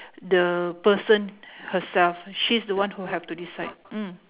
the person herself she's the one who have to decide mm